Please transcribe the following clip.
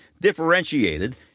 differentiated